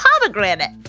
pomegranate